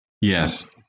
Yes